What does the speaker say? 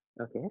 Okay